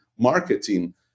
marketing